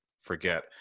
forget